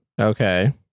Okay